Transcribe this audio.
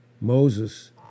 Moses